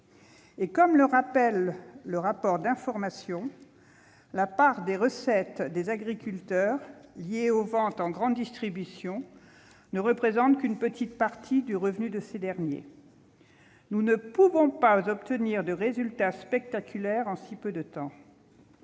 Et comme le rappelle le rapport d'information, la part des recettes des agriculteurs liée aux ventes en grande distribution ne représente qu'une petite partie du revenu de ces derniers. Nous ne pouvons pas obtenir de résultats spectaculaires en si peu de temps.